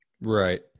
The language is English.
right